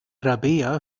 rabea